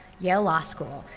yale law school.